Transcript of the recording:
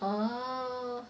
ah